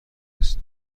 است